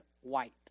white